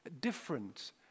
different